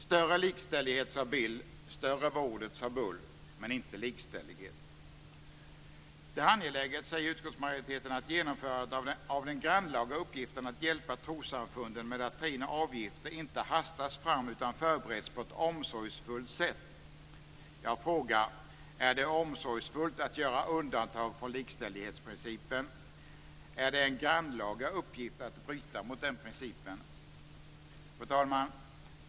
Större likställighet, sade Bill. Större var ordet, sade Bull. Men inte likställighet! Det är angeläget, säger utskottsmajoriteten, att genomförandet av den grannlaga uppgiften att hjälpa trossamfunden med att ta in avgifter inte hastas fram utan förbereds på ett omsorgsfullt sätt. Jag frågar: Är det omsorgsfullt att göra undantag från likställighetsprincipen? Är det en grannlaga uppgift att bryta mot den principen? Fru talman!